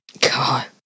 God